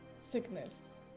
sickness